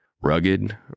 Rugged